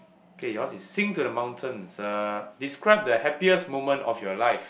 okay yours is sing to the mountains uh describe the happiest moment of your life